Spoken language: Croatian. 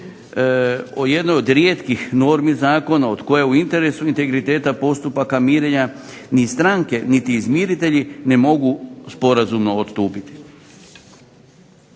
o jednoj od rijetkih normi zakona od koje u interesu integriteta postupaka mirenja ni stranke niti izmiritelji ne mogu sporazumno odstupiti.